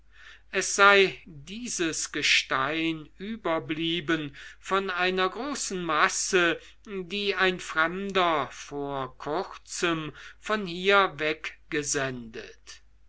es sei dieses gestein überblieben von einer großen masse die ein fremder vor kurzem von hier weggesendet